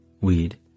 weed